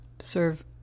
Serve